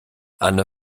anne